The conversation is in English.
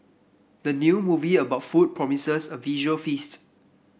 the new movie about food promises a visual feast